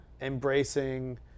embracing